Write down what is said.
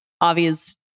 obvious